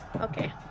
Okay